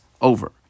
over